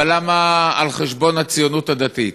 אבל למה על חשבון הציונות הדתית?